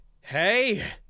Hey